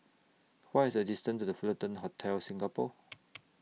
What IS The distance to The Fullerton Hotel Singapore